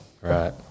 Right